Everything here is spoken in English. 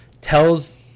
tells